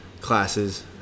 classes